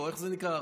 איך זה נקרא?